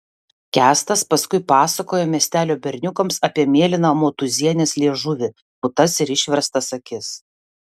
kęstas paskui pasakojo miestelio berniukams apie mėlyną motūzienės liežuvį putas ir išverstas akis